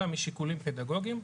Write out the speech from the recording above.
אלא משיקולים פדגוגיים,